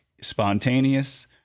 spontaneous